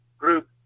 group